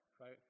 right